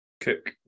Cook